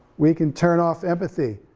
we can turn off empathy.